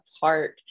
Park